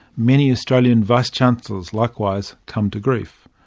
many australian vice-chancellors likewise come to grief.